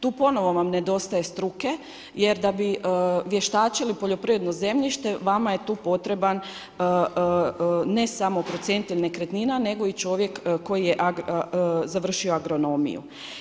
Tu ponovno vam nedostaje struke jer da bi vještačili poljoprivredno zemljište vama je tu potreban ne samo procjenitelj nekretnina nego i čovjek koji je završio agronomiju.